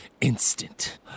instant